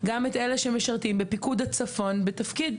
גם את אלה שמשרתים בפיקוד הצפון בתפקיד.